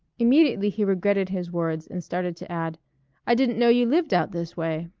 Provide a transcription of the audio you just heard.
immediately he regretted his words and started to add i didn't know you lived out this way.